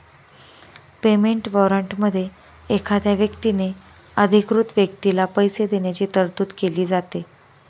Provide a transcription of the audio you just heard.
payment वॉरंटमध्ये एखाद्या व्यक्तीने अधिकृत व्यक्तीला पैसे देण्याची तरतूद केली जाते